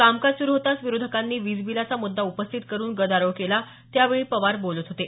कामकाज सुरु होताच विरोधकांनी वीज बिलाचा मृद्दा उपस्थित करुन गदारोळ केला त्यावेळी पवार बोलत होते